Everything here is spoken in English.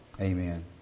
Amen